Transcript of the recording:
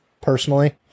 personally